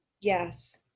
Yes